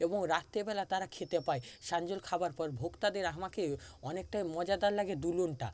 এবং রাত্রিবেলা তারা খেতে পায় সাঞ্জল খাবার পর ভোক্তাদের আমাকে অনেকটাই মজাদার লাগে দুলুনিটা